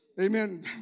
Amen